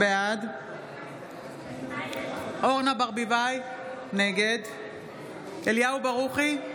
בעד אורנה ברביבאי, נגד אליהו ברוכי,